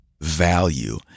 value